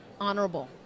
honorable